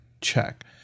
check